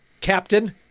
Captain